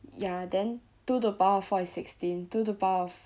ya then two to the power of four is sixteen two to the power of